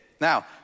Now